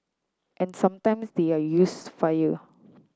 and sometimes they are use fire